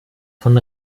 von